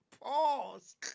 Pause